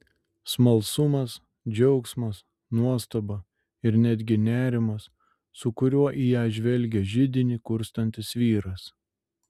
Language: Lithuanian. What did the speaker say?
smalsumas džiaugsmas nuostaba ir netgi nerimas su kuriuo į ją žvelgė židinį kurstantis vyras